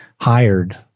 hired